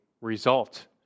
result